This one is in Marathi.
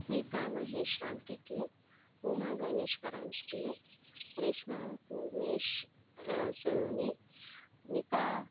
स्मिता महेश रामटेके उमा गनेश परांजपे रेश्मा उमेश सोनवने नीता